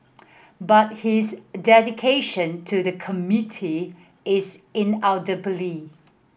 but his dedication to the community is